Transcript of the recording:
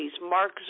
Mark